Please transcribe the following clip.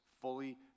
Fully